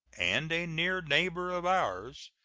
and a near neighbor of ours,